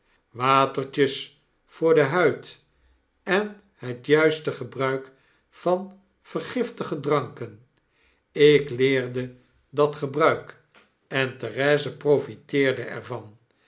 watertjes voor de huid en het juiste gebruik van vergiftige dranken ik leerde dat gebruik en therese profiteerde er